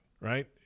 right